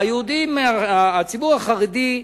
הציבור החרדי,